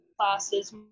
classes